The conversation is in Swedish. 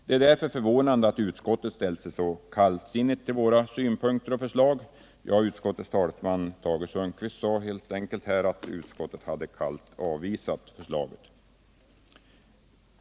Det är därför förvånande att utskottet ställt sig så kallsinnigt till våra synpunkter och förslag. Tage Sundkvist sade också att utskottet helt kallt hade avvisat förslaget.